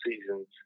seasons